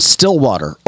Stillwater